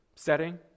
setting